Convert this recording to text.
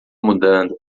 mudando